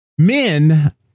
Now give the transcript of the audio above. Men